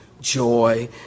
joy